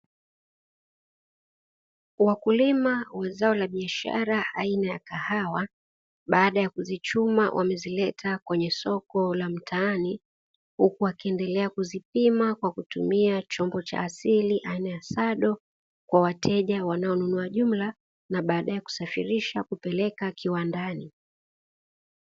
Wakulima wa zao la biashara aina ya kahawa baada ya kuzichuma wamezileta kwenye soko la mtaani, huku wakiendelea kuzipima kwa kutumia chombo cha asili aina ya sado kwa wateja wanaonunua jumla na baadae kusafirisha kupeleka kiwandani.